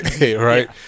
right